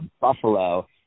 Buffalo